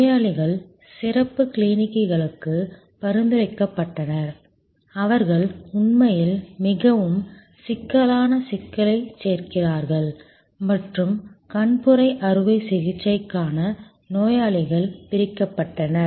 நோயாளிகள் சிறப்பு கிளினிக்குகளுக்கு பரிந்துரைக்கப்பட்டனர் அவர்கள் உண்மையில் மிகவும் சிக்கலான சிக்கலைச் சேர்க்கிறார்கள் மற்றும் கண்புரை அறுவை சிகிச்சைக்கான நோயாளிகள் பிரிக்கப்பட்டனர்